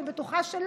אני בטוחה שלא.